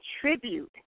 contribute